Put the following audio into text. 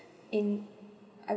in